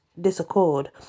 disaccord